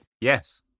yes